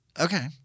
Okay